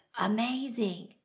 amazing